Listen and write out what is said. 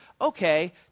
okay